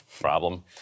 Problem